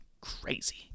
Crazy